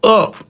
up